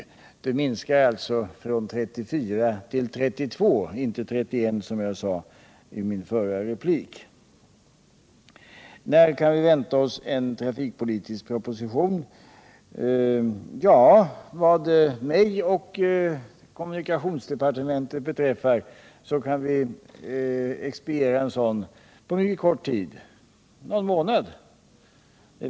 Antalet knutpunkter minskar alltså från 34 till 32 — inte 31, som jag sade i min förra replik. Elvy Nilsson frågade slutligen när vi kan vänta oss en trafikpolitisk proposition. Vad mig och kommunikationsdepartementet beträffar kan vi expediera en sådan på mycket kort tid, kanske någon månad.